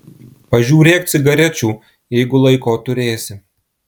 pažiūrėk cigarečių jeigu laiko turėsi